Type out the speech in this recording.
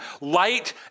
light